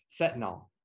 fentanyl